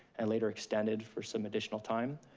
and later extended for some additional time.